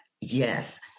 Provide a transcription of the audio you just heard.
Yes